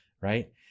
Right